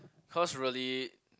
cause really